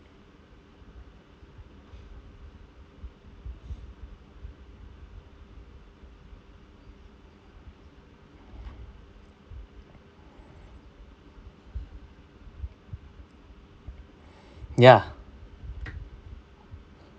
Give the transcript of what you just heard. ya